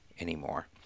anymore